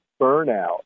burnout